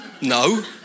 No